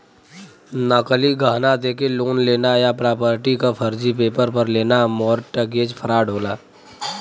नकली गहना देके लोन लेना या प्रॉपर्टी क फर्जी पेपर पर लेना मोर्टगेज फ्रॉड होला